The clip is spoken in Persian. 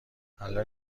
الان